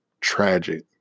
tragic